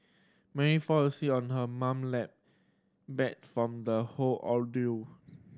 Mary fall asleep on her mum lap bat from the whole ordeal